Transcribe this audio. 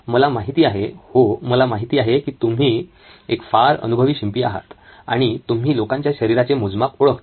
मला माहिती आहे हो मला माहिती आहे की तुम्ही एक फार अनुभवी शिंपी आहात आणि तुम्ही लोकांच्या शरिराचे मोजमाप ओळखता